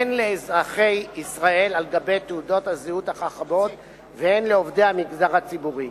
הן לאזרחי ישראל על גבי תעודות הזהות החכמות והן לעובדי המגזר הציבורי.